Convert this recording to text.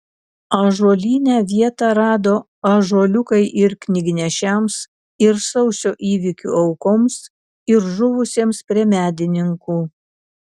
ąžuolyne vietą rado ąžuoliukai ir knygnešiams ir sausio įvykių aukoms ir žuvusiems prie medininkų